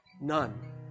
None